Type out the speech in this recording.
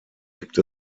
gibt